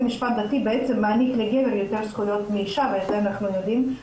בעצם מעניק לגבר יותר זכויות מאישה ואת זה אנחנו יודעים,